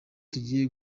tugiye